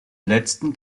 letzten